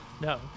No